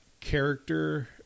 character